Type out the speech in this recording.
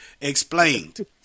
explained